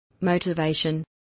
motivation